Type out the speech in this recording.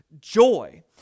joy